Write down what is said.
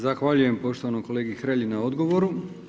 Zahvaljujem poštovanom kolegi Hrelji na odgovoru.